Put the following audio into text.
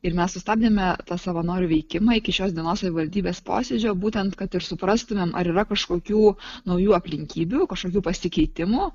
ir mes sustabdėme tą savanorių veikimą iki šios dienos savivaldybės posėdžio būtent kad ir suprastumėm ar yra kažkokių naujų aplinkybių kažkokių pasikeitimų